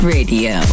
Radio